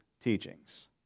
teachings